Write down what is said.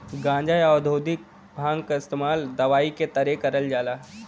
गांजा, या औद्योगिक भांग क इस्तेमाल दवाई के तरे करल जाला